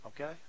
Okay